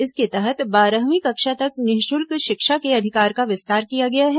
इसके तहत बारहवीं कक्षा तक निःशुल्क शिक्षा के अधिकार का विस्तार किया गया है